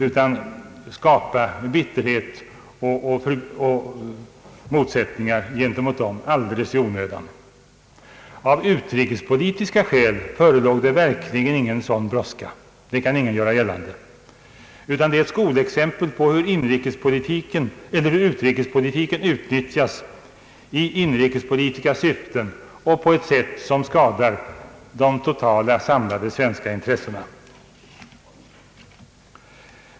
Det skapade bitterhet och motsättningar gentemot dem alldeles i onödan. Av utrikespolitiska skäl förelåg det verkligen ingen sådan brådska. Det kan ingen göra gällande. Detta är ett skolexempel på hur utrikespolitiken utnyttjas i inrikespolitiska syften och på ett sätt som skadar de samlade svenska intressena.